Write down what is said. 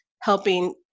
helping